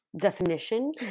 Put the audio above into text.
definition